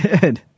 Good